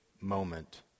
moment